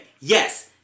yes